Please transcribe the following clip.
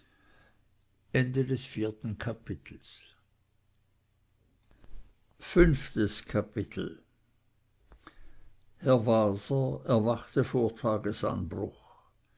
fünftes kapitel herr waser erwachte vor tagesanbruch